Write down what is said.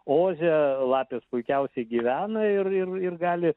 oze lapės puikiausiai gyvena ir ir ir gali